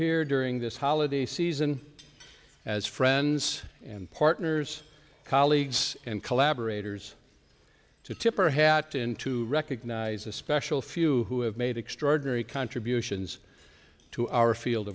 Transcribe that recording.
here during this holiday season as friends and partners colleagues and collaborators to tip our hat into recognize a special few who have made extraordinary contributions to our field